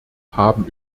haben